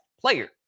player